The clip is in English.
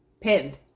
Pinned